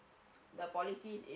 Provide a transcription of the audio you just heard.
the policy is